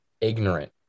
ignorant